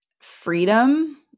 Freedom